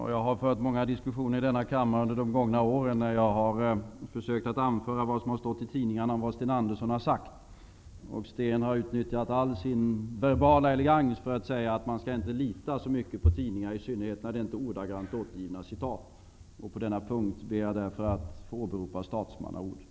Herr talman! Jag har under de gångna åren fört många diskussioner då jag har försökt anföra vad som har stått i tidningarna om vad Sten Andersson har sagt. Sten Andersson har utnyttjat all sin verbala elegans för att säga att man inte skall lita så mycket på tidningar, i synnerhet när det inte är ordagrant återgivna citat. På denna punkt ber jag därför att få åberopa statsmannaord.